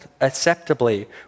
acceptably